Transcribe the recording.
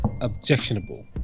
objectionable